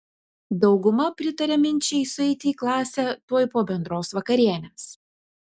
dauguma pritaria minčiai sueiti į klasę tuoj po bendros vakarienės